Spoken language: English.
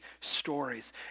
stories